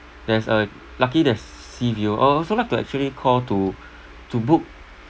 there is a lucky there's seaview I would also like to actually call to to book